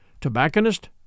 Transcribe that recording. Tobacconist